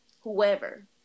whoever